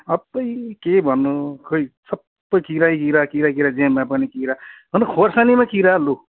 अपुइ खोइ के भन्नु खोइ सबै किरै करा किरै किरा जेमा पनि किरा हन खोर्सानीमा किरा लु